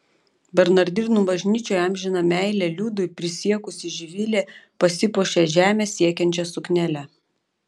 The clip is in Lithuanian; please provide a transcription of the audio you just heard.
bernardinų bažnyčioje amžiną meilę liudui prisiekusi živilė pasipuošė žemę siekiančia suknele